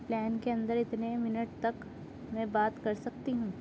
plane کے اندر اتنے منٹ تک میں بات کر سکتی ہوں